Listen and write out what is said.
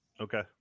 Okay